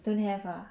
don't have ah